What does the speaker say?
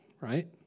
right